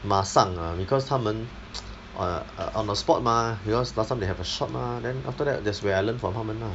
马上 uh because 他们 err err on the spot mah because last time they have a shop mah then after that that's where I learn from 他们 lah